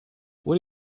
what